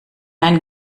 ein